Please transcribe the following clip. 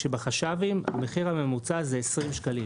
כשבחש"בים המחיר הממוצע זה 20 שקלים,